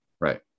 Right